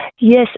Yes